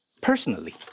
personally